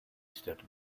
stepped